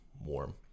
warm